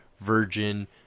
virgin